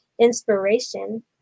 inspiration